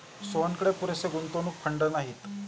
सोहनकडे पुरेसे गुंतवणूक फंड नाहीत